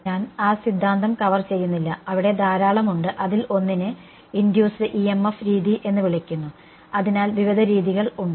ഞാൻ ആ സിദ്ധാന്തം കവർ ചെയ്യുന്നില്ല അവിടെ ധാരാളം ഉണ്ട് അതിൽ ഒന്നിനെ ഇൻഡ്യൂസ്ഡ് EMF രീതി എന്ന് വിളിക്കുന്നു അതിനാൽ വിവിധ രീതികൾ ഉണ്ട്